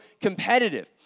competitive